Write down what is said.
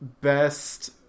Best